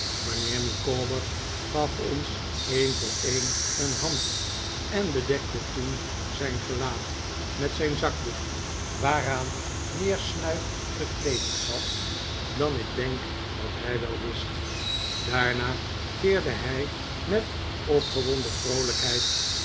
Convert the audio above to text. mijnheer micawber gaf ons een voor een een hand en bedekte toen zijn gelaat met zijn zakdoek waaraan meer snuif gekleefd zat dan ik denk dat hij wel wist daarna keerde hij met opgewonden vroolijkheid